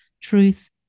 truth